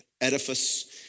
edifice